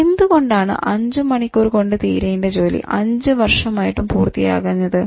എന്തുകൊണ്ടാണ് 5 മണിക്കൂർ കൊണ്ട് തീരേണ്ട ജോലി 5 വർഷമായിട്ടും പൂർത്തിയാകാഞ്ഞത്